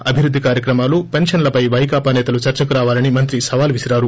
అభివృద్ది కార్యక్రమాలు పెన్వన్లపై వైకాపా సేతలు చర్చకు రావాలని మంత్రి సవాల్ విసిరారు